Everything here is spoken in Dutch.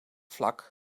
vlak